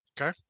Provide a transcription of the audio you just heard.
Okay